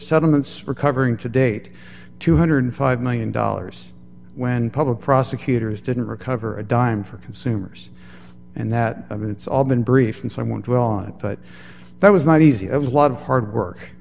settlements recovering to date two hundred and five million dollars when public prosecutors didn't recover a dime for consumers and that i mean it's all been brief and so i want to be on it but that was not easy it was a lot of hard work